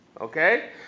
Okay